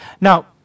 Now